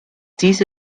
diese